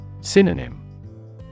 Synonym